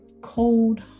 cold